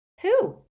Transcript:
Who